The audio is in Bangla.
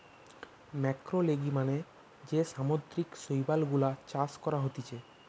ম্যাক্রোলেগি মানে যে সামুদ্রিক শৈবাল গুলা চাষ করা হতিছে